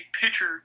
pitcher